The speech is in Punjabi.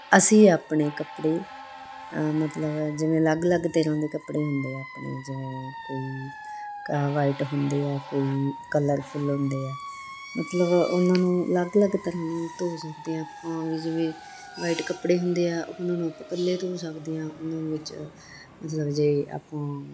ਅਸੀਂ ਆਪਣੇ ਕੱਪੜੇ ਮਤਲਬ ਜਿਵੇਂ ਅਲੱਗ ਅਲੱਗ ਤਰ੍ਹਾਂ ਦੇ ਕੱਪੜੇ ਹੁੰਦੇ ਆ ਆਪਣੇ ਜਿਵੇਂ ਕੋਈ ਕ ਵਾਈਟ ਹੁੰਦੇ ਆ ਕੋਈ ਕਲਰਫੁਲ ਹੁੰਦੇ ਹੈ ਮਤਲਬ ਉਹਨਾਂ ਨੂੰ ਅਲੱਗ ਅਲੱਗ ਤਰ੍ਹਾਂ ਧੋ ਸਕਦੇ ਹਾਂ ਆਪਾਂ ਵੀ ਜਿਵੇਂ ਵਾਈਟ ਕੱਪੜੇ ਹੁੰਦੇ ਆ ਉਹਨਾਂ ਨੂੰ ਆਪਾਂ ਇਕੱਲੇ ਧੋ ਸਕਦੇ ਹਾਂ ਉਹਨਾਂ ਵਿੱਚ ਮਤਲਬ ਜੇ ਆਪਾਂ